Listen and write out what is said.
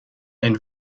ein